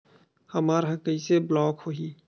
हमर ह कइसे ब्लॉक होही?